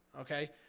okay